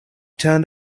turned